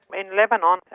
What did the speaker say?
in lebanon,